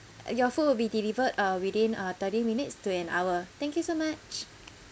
your food will be delivered uh within uh thirty minutes to an hour thank you so much